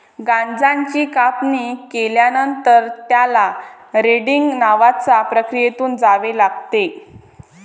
गांजाची कापणी केल्यानंतर, त्याला रेटिंग नावाच्या प्रक्रियेतून जावे लागते